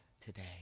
today